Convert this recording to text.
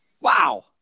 wow